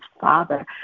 father